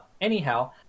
anyhow